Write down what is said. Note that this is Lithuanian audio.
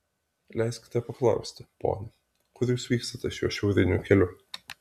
leiskite paklausti pone kur jūs vykstate šiuo šiauriniu keliu